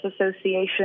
association